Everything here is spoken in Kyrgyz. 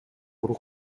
куру